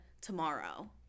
tomorrow